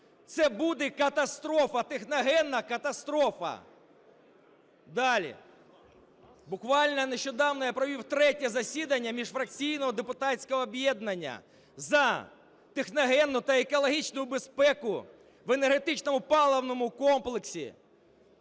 Це буде катастрофа, техногенна катастрофа. Далі. Буквально нещодавно я провів третє засідання міжфракційного депутатського об'єднання "За техногенну та екологічну безпеку в енергетичному паливному комплексі".